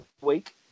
week